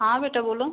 हाँ बेटा बोलो